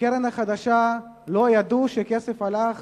ב"קרן החדשה" לא ידעו שהכסף הלך